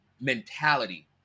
mentality